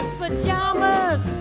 pajamas